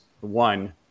one